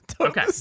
Okay